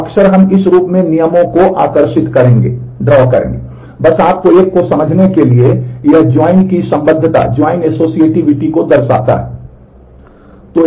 तो अक्सर हम इस रूप में नियमों को आकर्षित करेंगे बस आपको एक को समझाने के लिए यह ज्वाइन की संबद्धता ज्वाइन अस्सोसिएटिविटी को दर्शाता है